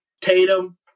Tatum